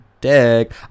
dick